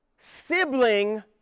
sibling